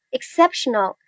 Exceptional